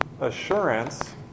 Assurance